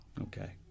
Okay